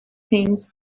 things